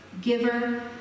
giver